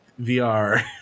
VR